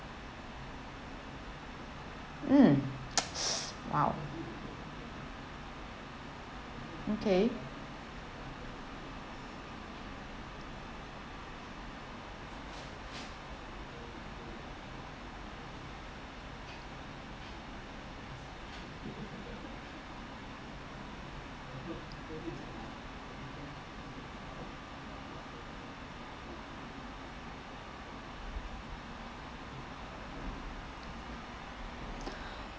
mm !wow! okay